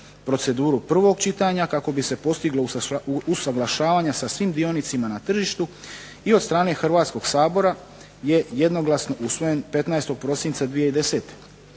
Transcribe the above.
proceduru prvog čitanja kako bi se postiglo usaglašavanje sa svim dionicima na tržištu i od strane Hrvatskog sabora jednoglasno usvojen 15. prosinca 2010.